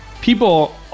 people